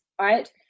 right